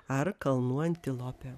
ar kalnų antilopė